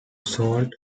salt